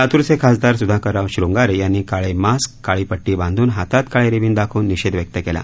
लातूरचे खासदार सुधाकरराव श्रंगारे यांनी काळे मास्क काळी पटटी बांधून हातात काळे रिबीन दाखवून निषेध व्यक्त केला